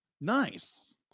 nice